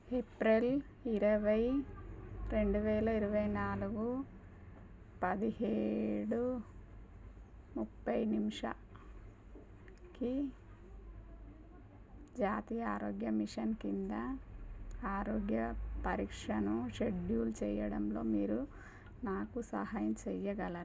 April ఇరవై రెండు వేల ఇరవై నాలుగు పదిహేడు ముప్పయ్ నిమిషాలకి జాతీయ ఆరోగ్య మిషన్ కింద ఆరోగ్య పరీక్షను షెడ్యూల్ చేయడంలో మీరు నాకు సహాయం చెయ్యగల